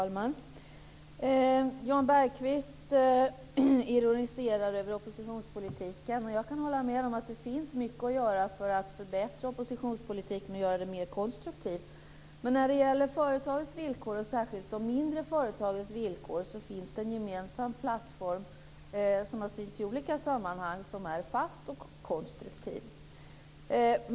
Fru talman! Jan Bergqvist ironiserar över oppositionspolitiken. Jag kan hålla med om att det finns mycket att göra för att förbättra oppositionspolitiken och göra den mer konstruktiv. Men när det gäller företagens villkor, och särskilt de mindre företagens villkor, finns det en gemensam plattform som har synts i olika sammanhang och är fast och konstruktiv.